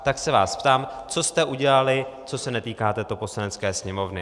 Tak se vás ptám, co jste udělali, co se netýká této Poslanecké sněmovny?